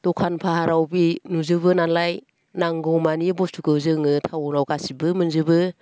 दखान फाहाराव बे नुजोबो नालाय नांगौमानि बुस्थुखौ जोङो टाउनाव गासैबो मोनजोबो